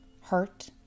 hurt